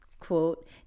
quote